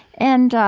and